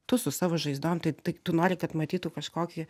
tu su savo žaizdom tai tai tu nori kad matytų kažkokį